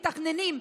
מתכננים,